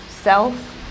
self